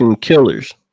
killers